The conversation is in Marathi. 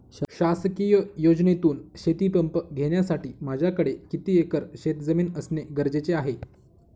शासकीय योजनेतून शेतीपंप घेण्यासाठी माझ्याकडे किती एकर शेतजमीन असणे गरजेचे आहे?